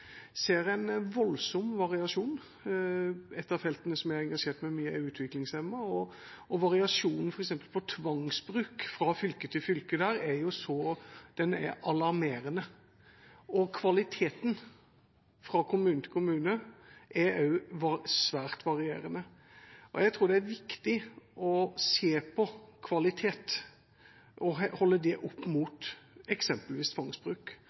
ser en voldsom variasjon. Ett av feltene som jeg har engasjert meg mye i, gjelder de utviklingshemmede, hvor variasjonen fra fylke til fylke av f.eks. tvangsbruk er alarmerende. Kvaliteten er også svært varierende fra kommune til kommune. Jeg tror det er viktig å se på kvalitet og holde det opp mot eksempelvis tvangsbruk. Da tror jeg en vil finne ganske klare sammenhenger: Dårlig kvalitet gir mye tvangsbruk,